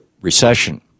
Recession